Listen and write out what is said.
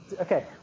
Okay